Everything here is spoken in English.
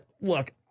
look